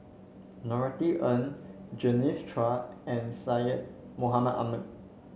Norothy Ng Genevieve Chua and Syed Mohamed Ahmed